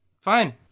Fine